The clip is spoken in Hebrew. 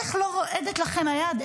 איך לא רועדת לכם היד?